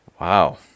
wow